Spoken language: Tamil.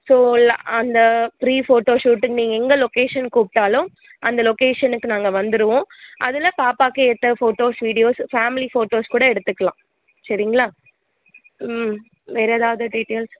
ஸோ ல அந்த ப்ரீ ஃபோட்டோ ஷூட்டுக்கு நீங்கள் எங்கே லொக்கேஷனுக்கு கூப்பிட்டாலும் அந்த லொக்கேஷனுக்கு நாங்கள் வந்துடுவோம் அதில் பாப்பாவுக்கு ஏற்ற ஃபோட்டோஸ் வீடியோஸ் ஃபேமிலி ஃபோட்டோஸ் கூட எடுத்துக்கலாம் சரிங்களா ம் வேறு ஏதாவது டீடெயில்ஸ்